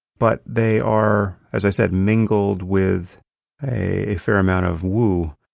but they are, as i said, mingled with a fair amount of woo.